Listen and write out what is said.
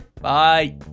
Bye